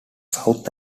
south